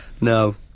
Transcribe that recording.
No